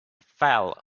fell